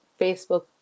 Facebook